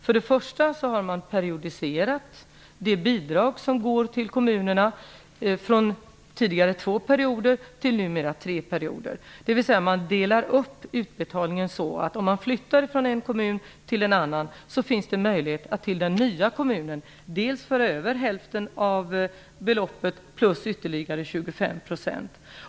För det första har man periodiserat det bidrag som går till kommunerna från tidigare två till numera tre perioder. Man delar upp utbetalningen så att om en person flyttar ifrån en kommun till en annan finns det en möjlighet att till den nya kommunen föra över hälften av beloppet plus 25 %.